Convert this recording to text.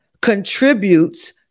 contributes